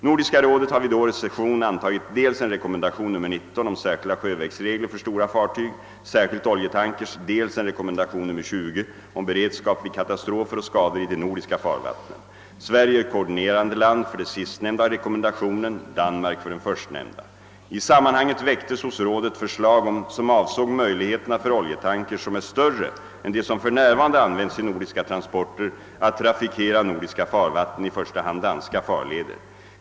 Nordiska rådet har vid årets session antagit dels en rekommendation om särskilda sjövägsregler för stora fartyg, särskilt oljetankers, dels en rekommendation om beredskap vid katastrofer och skador i de nordiska farvattnen. Sverige är koordinerande land för sistnämnda rekommendation. Danmark för den förstnämnda. I sammanhanget väcktes hos rådet förslag som avsåg möjligheterna för oljetankers, som är större än de som för närvarande används i nordiska transporter, att trafikera nordiska farvatten, i första hand danska farleder.